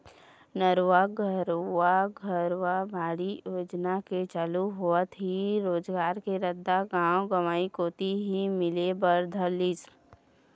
नरूवा, गरूवा, घुरूवा, बाड़ी योजना के चालू होवत ही रोजगार के रद्दा गाँव गंवई कोती ही मिले बर धर लिस